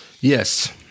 Yes